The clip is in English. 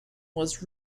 was